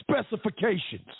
specifications